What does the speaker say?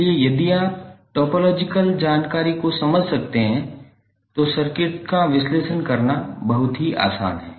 इसलिए यदि आप टोपोलॉजिकल जानकारी को समझ सकते हैं तो सर्किट का विश्लेषण करना आपके लिए बहुत आसान है